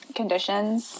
conditions